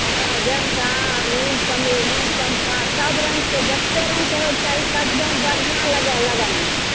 हँ गेंदा अड़हुल चमेली चम्पा सब रङ्गके जतेक रङ्गके होइके चाही सब देबै बढ़िआँ लगए लगनमे